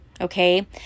Okay